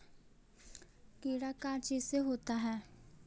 कीड़ा का चीज से होता है?